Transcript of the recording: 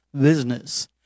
business